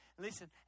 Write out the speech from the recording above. Listen